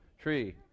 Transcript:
tree